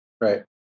right